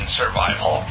survival